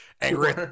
Angry